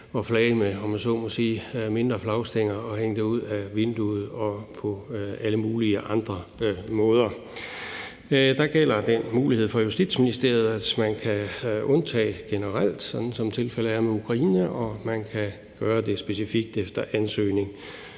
må sige, mindre flagstænger og hænge det ud ad vinduet og på alle mulige andre måder. Der gælder den mulighed for Justitsministeriet, at man kan undtage generelt, sådan som tilfældet er med Ukraine, og man kan gøre det specifikt efter ansøgning.